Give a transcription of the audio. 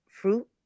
fruit